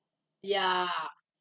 ya